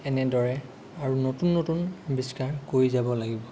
এনেদৰে আৰু নতুন নতুন আৱিষ্কাৰ কৰি যাব লাগিব